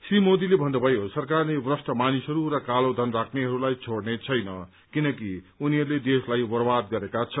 श्री मोदीले भन्नुभयो सरकारले भ्रष्ट मानिसहरू र कालो धन राख्नेहरूलाई छोड़नेछैन किनकि उनीहरूले देशलाई बर्बाद गरेका छन्